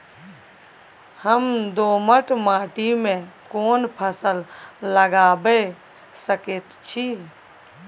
हम दोमट माटी में कोन फसल लगाबै सकेत छी?